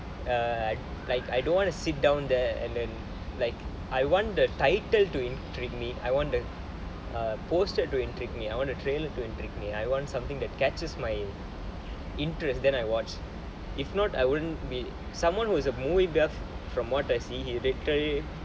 err like I don't want to sit down there and then like I want the title to intrigue me I want the poster to intrigue me I want the trailer to intrigue me I want something that catches my interest then I watch if not I wouldn't be someone who is a movie buff from what I see he rated